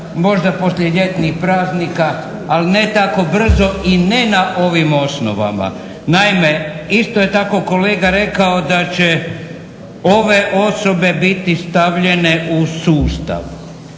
možda poslije ljetnih praznika, ali ne tako brzo i ne na ovim osnovama. Naime, isto je tako kolega rekao da će ove osobe biti stavljene u sustav.